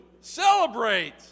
Celebrate